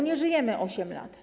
Nie żyjemy 8 lat.